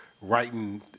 writing